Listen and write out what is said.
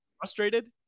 Frustrated